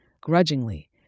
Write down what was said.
grudgingly